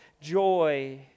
joy